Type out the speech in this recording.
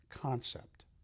concept